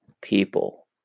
people